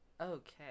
Okay